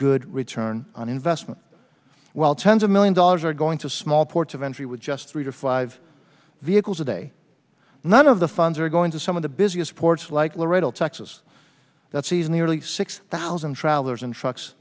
good return on investment while tens of millions dollars are going to small ports of entry with just three to five vehicles a day none of the funds are going to some of the busiest ports like laredo texas that sees nearly six thousand travelers and trucks